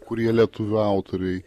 kurie lietuvių autoriai